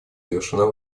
завершена